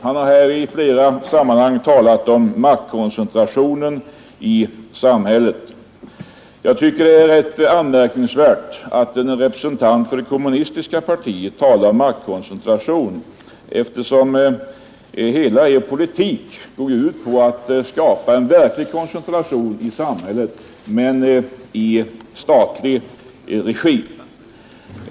Han har i flera sammanhang talat om maktkoncentrationen i samhället. Jag tycker att det är rätt anmärkningsvärt att en representant för det kommunistiska partiet talar om maktkoncentration, eftersom hela er politik går ut på att skapa en verklig koncentration i samhället — men i statlig regi.